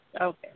Okay